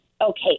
Okay